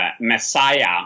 Messiah